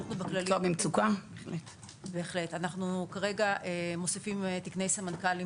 אנחנו בכללית כרגע מוסיפים תקני סמנכ"לים